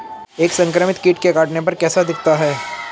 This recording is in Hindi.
एक संक्रमित कीट के काटने पर कैसा दिखता है?